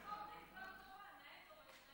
ככה אומרים בדבר תורה: נאה דורש,